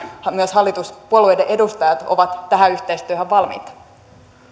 myös hallituspuolueiden edustajat ovat tähän yhteistyöhön valmiita